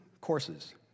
courses